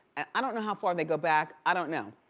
i don't know how far they go back. i don't know.